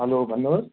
hello भन्नुहोस्